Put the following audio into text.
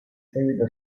seguito